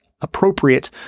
appropriate